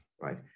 right